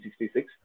1966